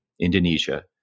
Indonesia